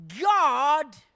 God